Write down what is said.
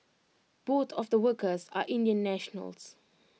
both of the workers are Indian nationals